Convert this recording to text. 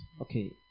Okay